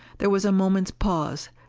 there was a moment's pause,